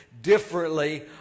differently